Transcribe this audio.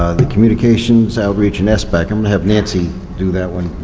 the communications, outreach and sbac, i'm gonna have nancy do that one,